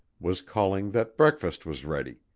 was calling that breakfast was ready,